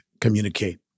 communicate